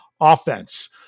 offense